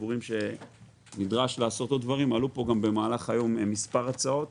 עלו במהלך היום מספר הצעות